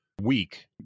week